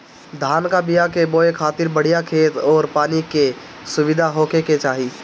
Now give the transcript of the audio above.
धान कअ बिया के बोए खातिर बढ़िया खेत अउरी पानी के सुविधा होखे के चाही